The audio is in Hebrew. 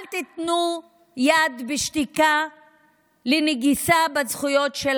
אל תיתנו יד בשתיקה לנגיסה בזכויות של